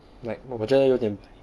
like 我我觉得有点